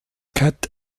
cat